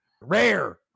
rare